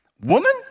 Woman